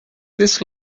this